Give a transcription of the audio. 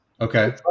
Okay